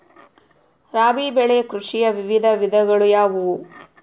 ರಾಬಿ ಬೆಳೆ ಕೃಷಿಯ ವಿವಿಧ ವಿಧಗಳು ಯಾವುವು?